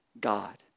God